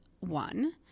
one